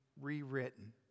rewritten